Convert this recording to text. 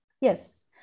Yes